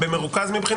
במרוכז?